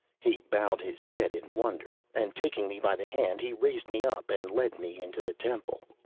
he bowed his head in wonder, and, taking me by the hand, he raised me up, and led me into the temple.